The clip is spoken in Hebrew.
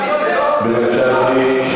בבקשה, אדוני.